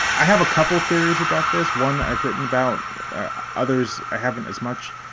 i have a couple theories about this one. i've written about others i haven't as much.